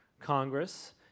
Congress